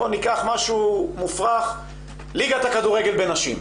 בוא ניקח משהו מופרך - ליגת הכדורגל בנשים,